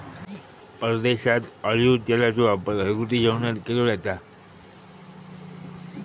परदेशात ऑलिव्ह तेलाचो वापर घरगुती जेवणात केलो जाता